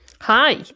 Hi